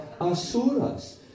Asuras